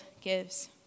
gives